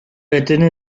jedyny